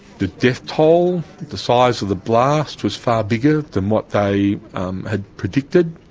the death toll, the size of the blast, was far bigger than what they had predicted.